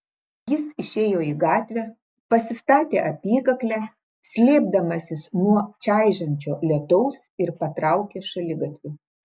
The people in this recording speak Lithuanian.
jis išėjo į gatvę pasistatė apykaklę slėpdamasis nuo čaižančio lietaus ir patraukė šaligatviu